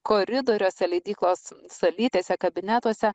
koridoriuose leidyklos salytėse kabinetuose